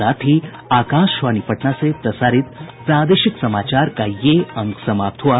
इसके साथ ही आकाशवाणी पटना से प्रसारित प्रादेशिक समाचार का ये अंक समाप्त हुआ